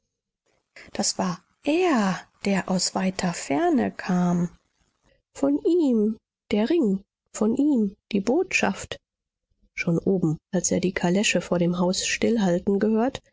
das war er der aus weiter ferne kam von ihm der ring von ihm die botschaft schon oben als er die kalesche vor dem haus stillhalten gehört